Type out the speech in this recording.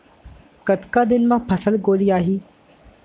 कतका दिन म फसल गोलियाही?